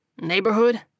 Neighborhood